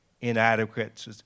inadequate